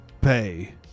pay